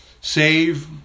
Save